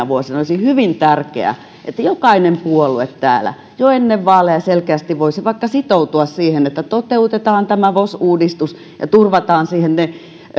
vuosina olisi hyvin tärkeää että jokainen puolue täällä jo ennen vaaleja selkeästi voisi vaikka sitoutua siihen että toteutetaan vos uudistus ja turvataan siihen ne